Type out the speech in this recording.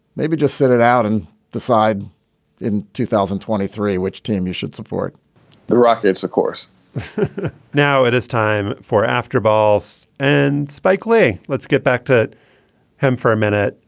maybe just sit it out and decide in two thousand and twenty three which team you should support the rockets, of course now it is time for after balls and spike lee. let's get back to him for a minute.